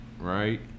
right